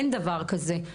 אין דבר כזה.